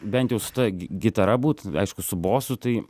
bent jau su ta gi gitara būt aišku su bosu tai